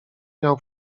miał